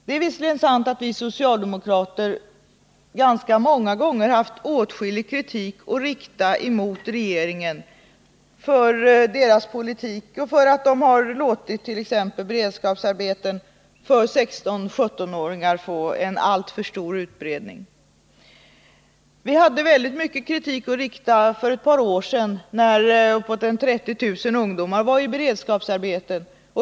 Det är visserligen sant att vi socialdemokrater ganska många gånger haft åtskillig kritik att framföra mot regeringen för dess politik och för att den t.ex. låtit beredskapsarbeten för 16—17-åringar få en alltför stor utbredning. Vi hade väldigt mycket kritik att rikta för ett par år sedan när uppemot 30 000 ungdomar var i beredskapsarbeten.